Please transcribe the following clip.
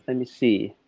and me see.